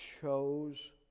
chose